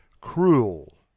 Cruel